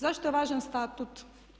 Zašto je važan statut?